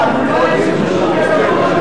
לא הצביע,